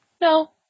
no